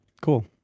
cool